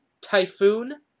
Typhoon